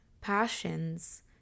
passions